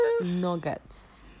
nuggets